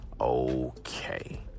okay